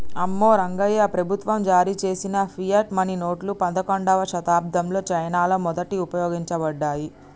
అమ్మో రంగాయ్యా, ప్రభుత్వం జారీ చేసిన ఫియట్ మనీ నోట్లు పదకండవ శతాబ్దంలో చైనాలో మొదట ఉపయోగించబడ్డాయి